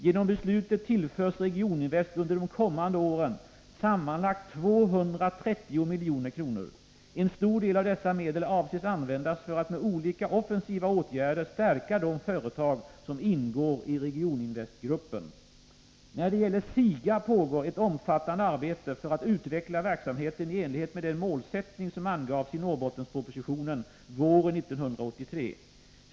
Genom beslutet tillförs Regioninvest under de kommande åren sammanlagt 230 milj.kr. En stor del av dessa medel avses användas för att med olika offensiva åtgärder stärka de företag som ingår i Regioninvestgruppen. Ett omfattande arbete pågår för att utveckla SIGA:s verksamhet i enlighet med den målsättning som angavs i Norrbottenspropositionen våren 1983.